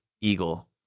Eagle